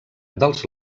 dels